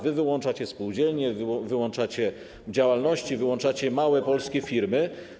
Wy wyłączacie spółdzielnie, wyłączacie działalności, wyłączacie małe polskie firmy.